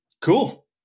cool